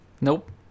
Nope